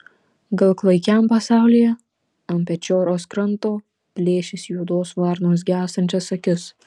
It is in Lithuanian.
gal klaikiam pasaulyje ant pečioros kranto plėšys juodos varnos gęstančias akis